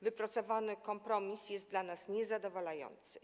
Wypracowany kompromis jest dla nas niezadowalający.